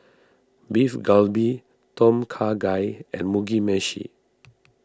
Beef Galbi Tom Kha Gai and Mugi Meshi